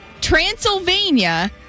Transylvania